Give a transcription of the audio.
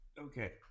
Okay